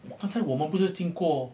刚才我们不是经过